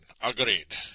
Agreed